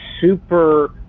super